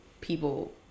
people